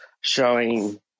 showing